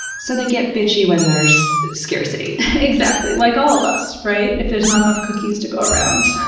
so they get bitchy when there's scarcity. exactly. like all of us. right? if there's not enough cookies to go around,